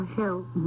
help